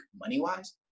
money-wise